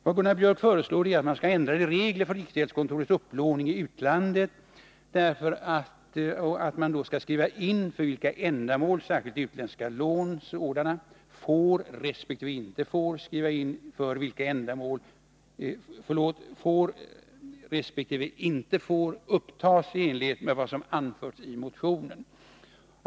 Vad Gunnar Biörck föreslår är att man skall ha ändrade regler för riksgäldskontorets upplåning i utlandet och att man skall skriva in de ändamål för vilka lån, särskilt utländska sådana, får resp. inte får upptas i enlighet med vad som har anförts i motionen.